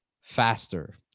faster